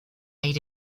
made